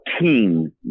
team